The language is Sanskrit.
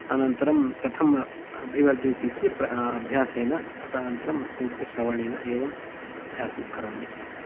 अनन्तरं कथं अभिवर्धतेति अभ्यासेन अत अनन्तरं सम्यक् श्रावणेन एवं अभ्यासं करोमि